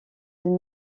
elle